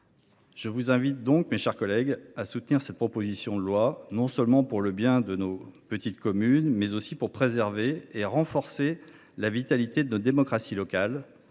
je vous invite à soutenir cette proposition de loi, non seulement pour le bien de nos petites communes, mais aussi pour préserver et renforcer la vitalité de notre démocratie locale.